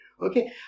Okay